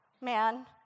man